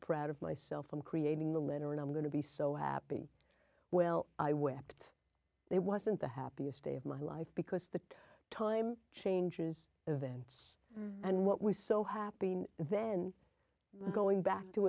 proud of myself i'm creating the letter and i'm going to be so happy well i wept it wasn't the happiest day of my life because the time changes events and what was so happy then going back to